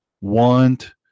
want